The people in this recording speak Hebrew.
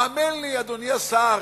האמן לי, אדוני השר,